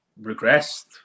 regressed